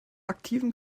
aktiven